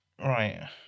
Right